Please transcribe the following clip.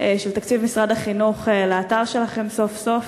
של תקציב משרד החינוך לאתר שלכם, סוף-סוף.